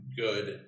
good